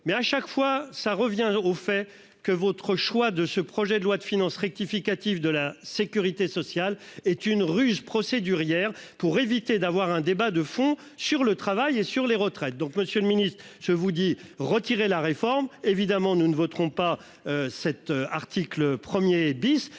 mais à chaque fois ça revient au fait que votre choix de ce projet de loi de finances rectificative de la Sécurité sociale est une ruse procédurière. Pour éviter d'avoir un débat de fond sur le travail et sur les retraites. Donc Monsieur le Ministre, je vous dis retirer la réforme évidemment nous ne voterons pas cet article 1er bis